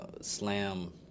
slam